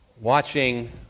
watching